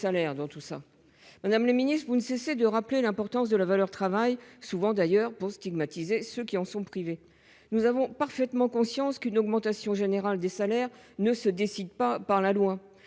salaires ? Madame la ministre, vous ne cessez de rappeler l'importance de la valeur du travail, souvent d'ailleurs pour stigmatiser ceux qui en sont privés. Nous avons parfaitement conscience qu'une augmentation générale des salaires ne se décide pas par la loi,